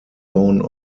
bone